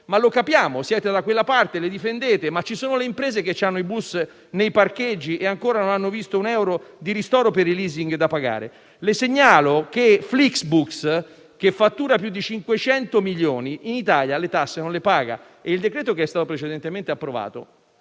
Lo capiamo, siete da quella parte, la difendete, ma ci sono le imprese che hanno i bus nei parcheggi e ancora non hanno visto un euro di ristoro per i *leasing* da pagare. Le segnalo che Flixbus, che fattura più di 500 milioni, in Italia non paga le tasse e il decreto che è stato precedentemente approvato